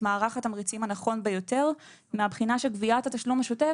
מערך התמריצים הנכון ביותר מהבחינה שגביית התשלום השוטף